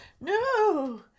no